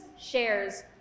Shares